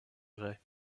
grès